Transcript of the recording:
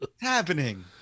happening